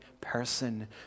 person